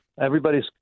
everybody's